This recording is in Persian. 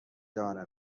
داره